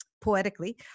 poetically